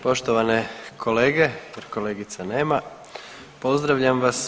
Poštovane kolege jer kolegica nema pozdravljam vas.